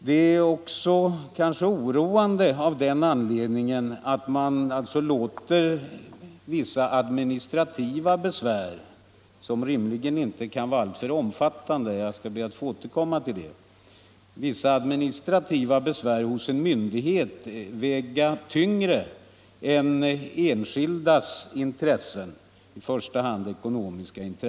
Det är oroande av den anledningen att man låter vissa administrativa besvär, som rimligen inte kan vara alltför omfattande — jag ber att få återkomma till det — hos en myndighet väga tyngre än enskildas intressen, i första hand ekonomiska.